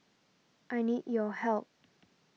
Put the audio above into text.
I need your help